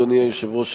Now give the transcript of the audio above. אדוני היושב-ראש,